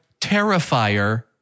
Terrifier